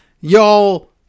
y'all